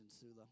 Sula